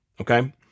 Okay